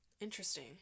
Interesting